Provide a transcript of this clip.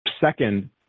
Second